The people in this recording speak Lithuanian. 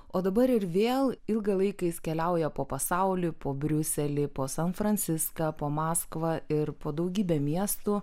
o dabar ir vėl ilgą laiką jis keliauja po pasaulį po briuselį po san franciską po maskvą ir po daugybę miestų